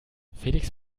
felix